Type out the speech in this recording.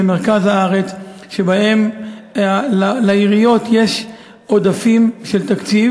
יישובים חזקים במרכז הארץ שבהם לעיריות יש עודפים של תקציב